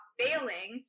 failing